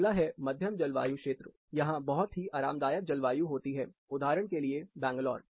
अगला है मध्यम जलवायु क्षेत्र यहां बहुत ही आरामदायक जलवायु होती है उदाहरण के लिए बैंगलोर